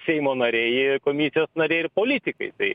seimo nariai komisijos nariai ir politikai tai